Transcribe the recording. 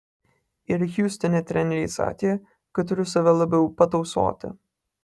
ir hjustone treneriai sakė kad turiu save labiau patausoti